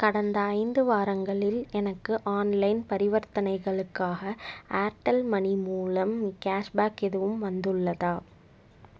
கடந்த ஐந்து வாரங்களில் எனக்கு ஆன்லைன் பரிவர்த்தனைகளுக்காக ஏர்டெல் மனி மூலம் கேஷ்பேக் எதுவும் வந்துள்ளதா